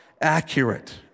accurate